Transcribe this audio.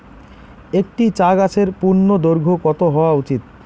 একটি চা গাছের পূর্ণদৈর্ঘ্য কত হওয়া উচিৎ?